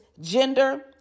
gender